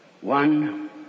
One